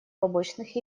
побочных